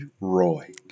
Roy